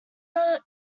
not